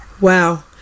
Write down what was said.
Wow